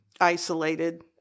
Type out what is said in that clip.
isolated